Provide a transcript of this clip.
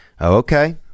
okay